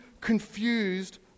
confused